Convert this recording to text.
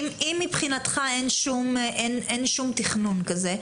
אם מבחינתך אין שום תכנון כזה,